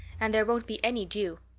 and there won't be any dew.